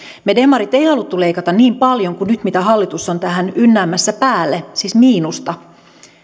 me demarit emme halunneet leikata niin paljon kuin mitä hallitus nyt on tähän ynnäämässä päälle siis miinusta